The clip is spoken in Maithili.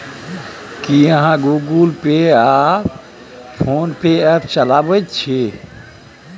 की अहाँ गुगल पे आ फोन पे ऐप चलाबैत छी?